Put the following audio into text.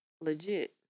legit